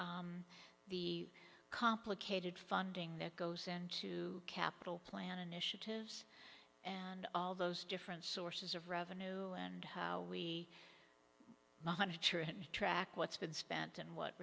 track the complicated funding that goes into capital plan initiatives and all those different sources of revenue and how we monitor and track what's been spent and what